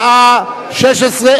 אני קובע שהצעת חוק המדיניות הכלכלית